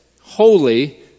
Holy